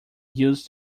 used